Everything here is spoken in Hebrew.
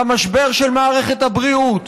על המשבר של מערכת הבריאות,